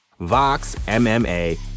VOXMMA